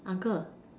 uncle